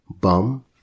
bum